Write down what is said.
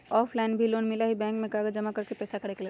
Offline भी loan मिलहई bank में कागज जमाकर पेशा करेके लेल?